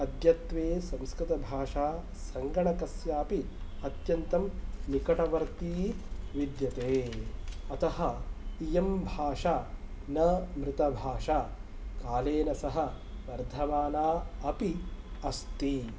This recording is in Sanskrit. अद्यत्वे संस्कृतभाषा सङ्गणकस्यापि अत्यन्तं निकटवर्ती विद्यते अतः इयं भाषा न मृतभाषा कालेन सह वर्धमाना अपि अस्ति